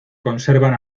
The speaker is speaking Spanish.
conservan